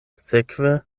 sekve